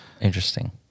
interesting